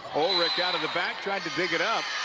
kind of the back, trying to dig it up,